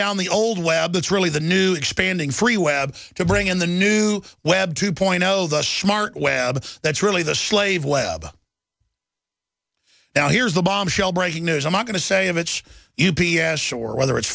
down the old web that's really the new expanding free web to bring in the new web two point zero the smart web that's really the slave web now here's the bombshell breaking news i'm not going to say if it's u p s shore whether it's